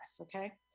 okay